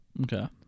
Okay